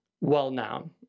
well-known